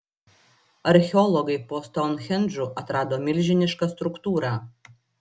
archeologai po stounhendžu atrado milžinišką struktūrą